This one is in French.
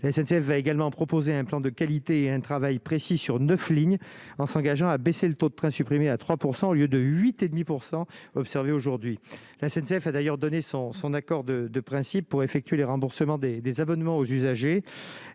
la SNCF va également proposer un plan de qualité et un travail précis sur 9 lignes en s'engageant à baisser le taux de trains supprimés à 3 % au lieu de 8 et demi % observée aujourd'hui, la SNCF a d'ailleurs donné sans son accord de principe pour effectuer les remboursements des des abonnements aux usagers